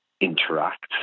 interact